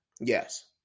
Yes